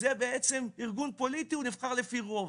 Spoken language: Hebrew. זה בעצם ארגון פוליטי הוא נבחר על פי רוב.